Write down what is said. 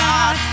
God